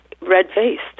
red-faced